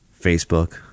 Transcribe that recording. Facebook